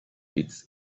its